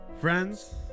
friends